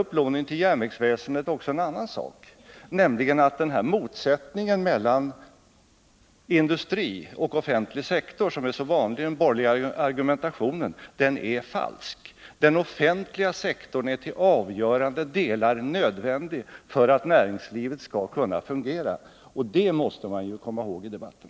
Upplåningen till järnvägsväsendet visar också en annan sak, nämligen att den motsättning mellan industri och offentlig sektor som är så vanlig i den borgerliga argumentationen är falsk. Den offentliga sektorn är till avgörande del nödvändig för att näringslivet skall kunna fungera. Det måste man komma ihåg i debatten.